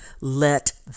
Let